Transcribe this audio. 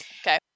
Okay